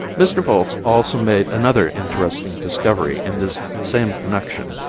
mr. volz also made another interesting discovery in this same connection.